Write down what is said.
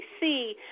see